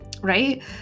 right